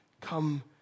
come